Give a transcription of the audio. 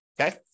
Okay